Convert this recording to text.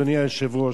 אדוני היושב-ראש,